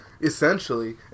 Essentially